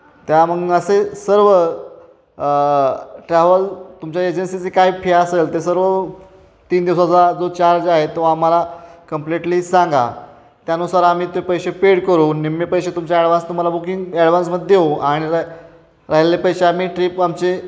त्या मग असे सर्व ट्रॅव्हल तुमच्या एजन्सीची काय फी असेल ते सर्व तीन दिवसाचा जो चाज आहे तो आम्हाला कंप्लीटली सांगा त्यानुसार आम्ही ते पैसे पेड करू निम्मे पैसे तुमचा ॲडव्हान्स तुम्हाला बुकिंग ॲडव्हान्स मध्ये देऊ आणि राय राहिलेले पैसे आम्ही ट्रीप आमची